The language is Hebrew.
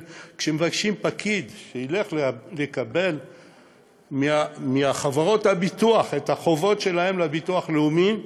וכשמבקשים פקיד שילך לקבל מחברות הביטוח את החובות שלהן לביטוח לאומי,